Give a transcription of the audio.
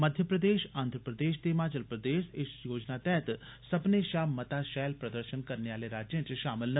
मध्य प्रदेश आंध्र प्रदेश ते हिमाचल प्रदेश इच योजना तैहत सब्बनें शा मता शैल प्रदर्शन करने आले राज्यें च शामल न